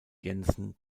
jensen